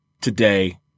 today